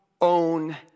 own